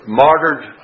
martyred